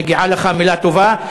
מגיעה לך מילה טובה.